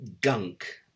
gunk